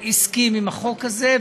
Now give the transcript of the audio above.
הסכים עם החוק הזה,